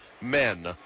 men